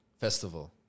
Festival